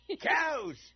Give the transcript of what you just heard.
Cows